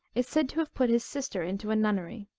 is said to have put his sister into a nunnery,